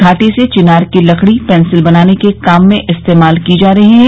घाटी से चिनार की लकड़ी पेंसिल बनाने के काम में इस्तेमाल की जा रही है